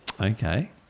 Okay